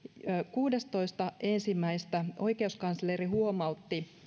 kuudestoista ensimmäistä oikeuskansleri huomautti